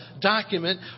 document